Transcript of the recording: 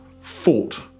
fought